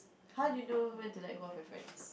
how do you know when to let go off your friends